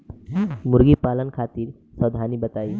मुर्गी पालन खातिर सावधानी बताई?